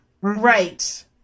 Right